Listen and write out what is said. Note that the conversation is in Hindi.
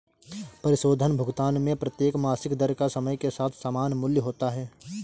परिशोधन भुगतान में प्रत्येक मासिक दर का समय के साथ समान मूल्य होता है